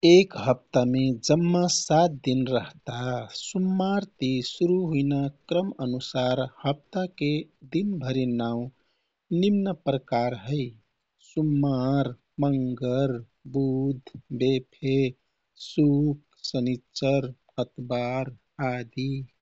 एक हप्तामे जम्मा सात दिन रहता। सुम्मार ति सुरू हुइना क्रमअनुसार हप्ताके दिन भरिन नाउ निम्न प्रकार हैः सुम्मार, मंगर, बुध, बेफे, शुक, शनिच्चर, अतबार आदि।